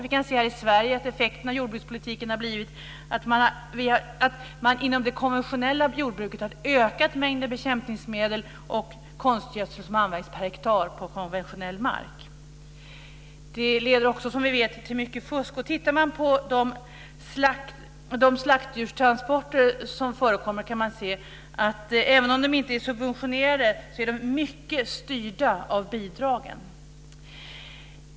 Vi kan här i Sverige se att effekterna av jordbrukspolitiken har blivit att man inom det konventionella jordbruket har ökat mängden bekämpningsmedel och konstgödsel som används per hektar på konventionell mark. Det leder också, som vi vet, till mycket fusk. Om man tittar på de slaktdjurstransporter som förekommer kan man se att även om de inte är subventionerade så är de mycket styrda av bidragen.